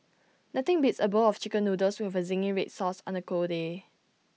nothing beats A bowl of Chicken Noodles with A Zingy Red Sauce on A cold day